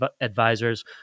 Advisors